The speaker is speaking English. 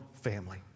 family